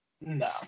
No